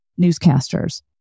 newscasters